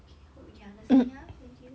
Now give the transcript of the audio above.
okay hope you can understand ya thank you